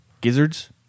Gizzards